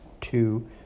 two